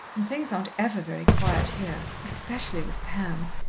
and things aren't ever very quiet here especially with pam.